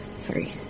Sorry